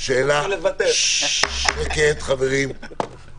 אנחנו לא באים פה לחלק ואוצ'רים לאנשים בחסות הוועדה.